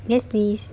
yes please